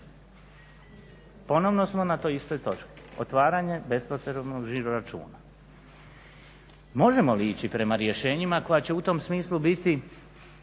Ponovno smo na toj istoj točki otvaranje bespotrebnog žiroračuna. Možemo li ići prema rješenjima koja će u tom smislu biti